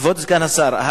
כבוד סגן השר,